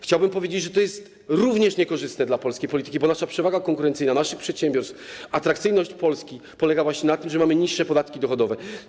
Chciałabym powiedzieć, że to jest również niekorzystne dla polskiej polityki, bo nasza przewaga konkurencyjna, przewaga naszych przedsiębiorstw, atrakcyjność Polski polega właśnie na tym, że mamy niższe podatki dochodowe.